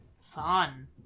Fun